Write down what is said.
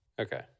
okay